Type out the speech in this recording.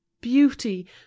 beauty